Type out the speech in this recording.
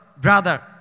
Brother